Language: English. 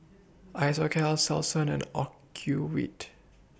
Isocal Selsun and Ocuvite